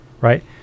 right